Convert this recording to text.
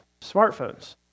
smartphones